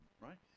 right